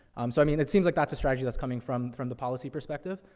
um, so i mean, it seems like that's a strategy that's coming from, from the policy perspective.